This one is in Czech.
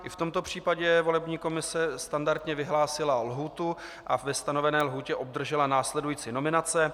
I v tomto případě volební komise standardně vyhlásila lhůtu a ve stanovené lhůtě obdržela následující nominace.